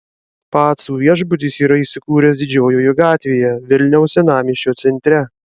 pacų viešbutis yra įsikūręs didžiojoje gatvėje vilniaus senamiesčio centre